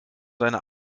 seine